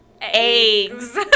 Eggs